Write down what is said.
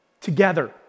Together